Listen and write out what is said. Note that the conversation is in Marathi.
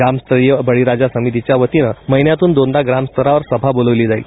ग्रामस्तरीय बळीराजा समितीच्या वतीनं महिन्यातून दोनदा ग्रामस्तरावर सभा बोलावली जाईल